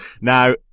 Now